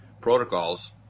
protocols